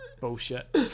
bullshit